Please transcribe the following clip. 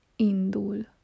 indul